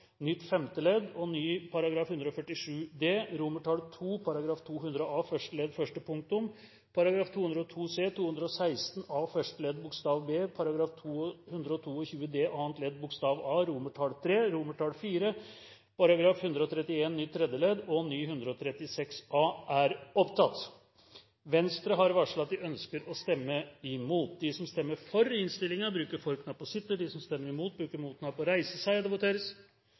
nytt femte ledd og Ny § 147 d, II § 200 a første ledd første punktum, § 202 c, § 216 a første ledd bokstav b, § 222 d annet ledd bokstav a, III, IV § 131 nytt tredje ledd og Ny § 136 a. Venstre har varslet at de ønsker å stemme imot. Det voteres